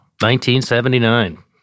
1979